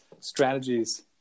strategies